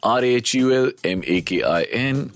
r-h-u-l-m-a-k-i-n